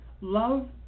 love